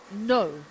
no